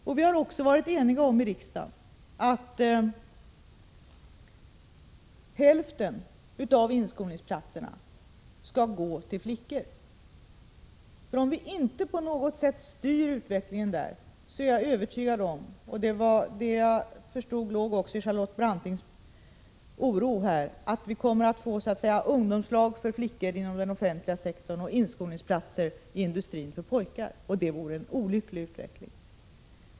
Riksdagen har också varit enig om att hälften av inskolningsplatserna skall gå till flickor. Om vi inte på något sätt styr utvecklingen på det området är jag nämligen övertygad om — det låg också i Charlotte Brantings oro — att det kommer att bli ungdomslag inom den offentliga sektorn för flickor och inskolningsplatser inom industrin för pojkar, och det vore en olycklig utveckling.